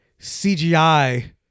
CGI